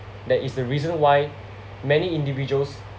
that is the reason why many individuals